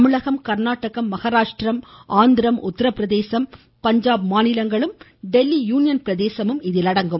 தமிழகம் கர்நாடகம் மகாராஷ்ட்ரா ஆந்திரம் உத்தரபிரதேசம் பஞ்சாப் மாநிலங்களும் டெல்லி யூனியன் பிரதேசமும் இதில் அடங்கும்